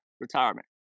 Retirement